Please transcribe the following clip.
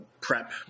prep